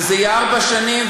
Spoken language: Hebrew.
וזה יהיה ארבע שנים,